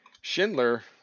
Schindler